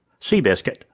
Seabiscuit